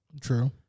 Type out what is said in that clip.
True